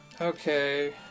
Okay